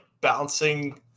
bouncing